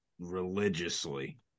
religiously